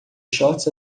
shorts